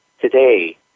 today